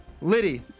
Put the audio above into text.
Liddy